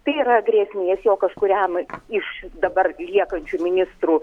tai yra grėsmės jog kažkuriam iš dabar liekančių ministrų